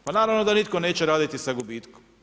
Pa naravno da nitko neće raditi sa gubitkom.